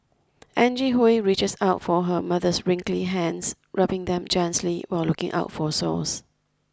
Angie Hui reaches out for her mother's wrinkly hands rubbing them gently while looking out for sores